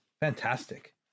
Fantastic